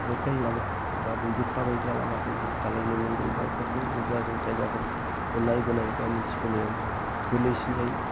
लकेल लामा बा बयबो थाबायग्रा लामाजों सालायनो मोनगोन बाइक फोरखौ अब्ला जों जायगाफ्रोखौ नायबोनाय बा मोन्थिबोनायाव गोरलैसिन जायो